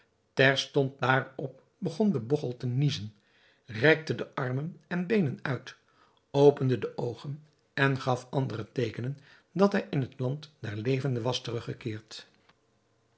terstond daarop begon de bogchel te niezen rekte de armen en beenen uit opende de oogen en gaf andere teekenen dat hij in het land der levenden was teruggekeerd